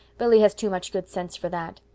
billy has too much good sense for that.